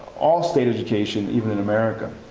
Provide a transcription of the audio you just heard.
all state education, even in america.